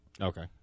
Okay